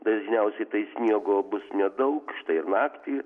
dažniausiai tai sniego bus nedaug štai ir naktį